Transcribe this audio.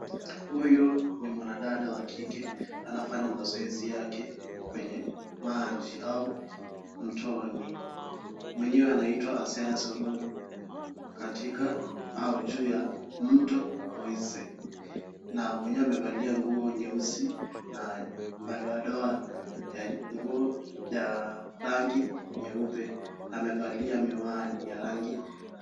Huyu ni mwanadada wa kike, anafanya mazoezi yake kwenye maji au mtoni. Mwenyewe anaitwa Asiya Sururu katika au juu ya mto Oise. Na mwenye amevalia nguo nyeusi na madoadoa ya nguo ya rangi nyeupe amevalia miwani ya rangi